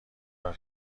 راه